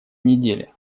недели